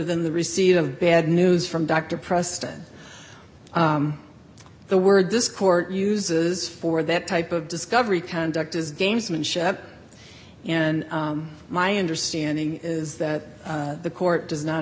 than the receipt of bad news from dr preston the word this court uses for that type of discovery conduct is gamesmanship and my understanding is that the court does not